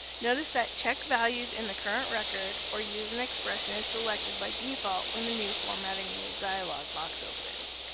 notice that check values in the current record or use an expression is selected by default when the new formatting rule dialog box opens.